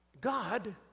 God